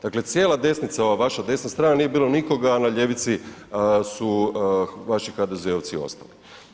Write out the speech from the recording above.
Dakle cijela desnica ova vaša desna strana nije bilo nikoga a na ljevici su vaši HDZ-ovci ostali.